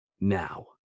Now